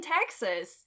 Texas